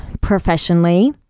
professionally